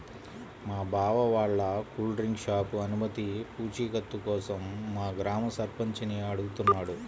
మా బావ వాళ్ళ కూల్ డ్రింక్ షాపు అనుమతి పూచీకత్తు కోసం మా గ్రామ సర్పంచిని అడుగుతున్నాడు